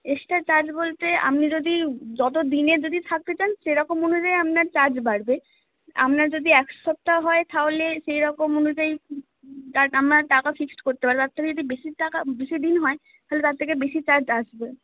extra charge বলতে আপনি যদি যতো দিনে যদি থাকতে চান সেরকম অনুযায়ী আপনার চার্জ বাড়বে আপনার যদি এক সপ্তাহ হয় তাহলে সেই রকম অনুযায়ী তা আমরা টাকা ফিক্সড করতে পারবো আর আপনার যদি বেশি টাকা বেশি দিন হয় তাহলে তার থেকে বেশি চার্জ আসবে